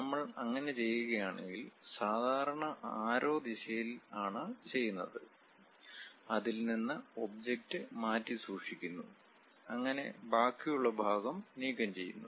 നമ്മൾ അങ്ങനെ ചെയ്യുകയാണെങ്കിൽ സാധാരണ ആരോ കളുടെ ദിശയിലാണ് ചെയ്യുന്നത് അതിൽ നിന്ന് ഒബ്ജക്റ്റ് മാറ്റി സൂക്ഷിക്കുന്നു അങ്ങനെ ബാക്കി ഉള്ള ഭാഗം നീക്കം ചെയ്യുന്നു